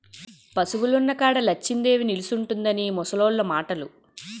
పశువులున్న కాడ లచ్చిందేవి నిలుసుంటుందని ముసలోళ్లు మాటలు